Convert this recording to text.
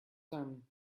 them